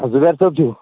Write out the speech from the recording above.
گُلزار صٲب چھِو